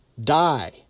Die